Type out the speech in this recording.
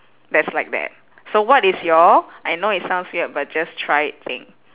that's like that so what is your I know it sounds weird but just try it thing